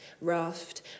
raft